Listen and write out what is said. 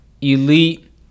elite